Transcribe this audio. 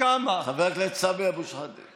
חבר הכנסת סמי אבו שחאדה.